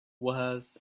was